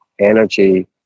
energy